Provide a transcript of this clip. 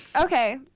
Okay